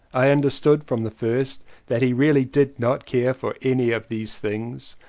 i understood from the first that he really did not care for any of these things,